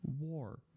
War